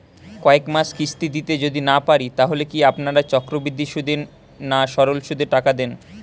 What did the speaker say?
কয়েক মাস কিস্তি দিতে যদি না পারি তাহলে কি আপনারা চক্রবৃদ্ধি সুদে না সরল সুদে টাকা দেন?